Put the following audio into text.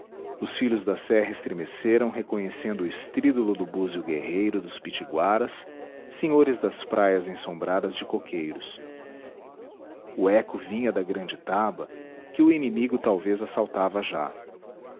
os filhos da serra estremeceram reconhecendo o estrídulo do búzio guerreiro dos pitiguaras senhores das praias ensombradas de coqueiros o eco vinha da grande taba que o inimigo talvez assaltava já